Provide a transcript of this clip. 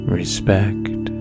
respect